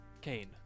Kane